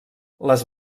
les